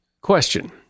question